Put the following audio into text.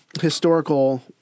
historical